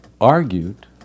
argued